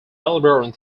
melbourne